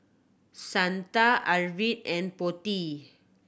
Santha Arvind and Potti